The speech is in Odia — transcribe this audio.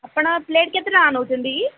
ଆପଣ ପ୍ଲେଟ୍ କେତେ ଟଙ୍କା ନେଉଛନ୍ତି କି